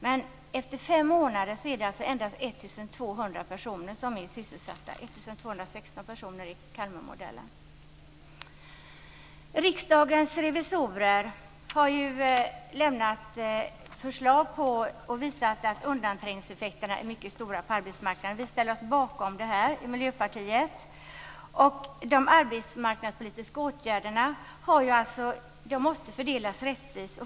Men efter 5 månader är alltså endast 1 216 personer sysselsatta i Kalmarmodellen. Riksdagens revisorer har lämnat förslag och visat att undanträngningseffekterna är mycket stora på arbetsmarknaden. Vi i Miljöpartiet ställer oss bakom detta. De arbetsmarknadspolitiska åtgärderna måste fördelas rättvist.